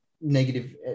negative